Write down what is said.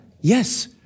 Yes